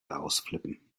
ausflippen